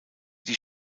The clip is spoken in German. die